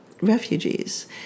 refugees